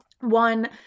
one